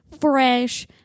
fresh